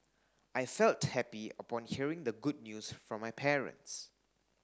I felt happy upon hearing the good news from my parents